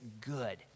good